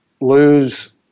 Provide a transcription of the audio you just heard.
lose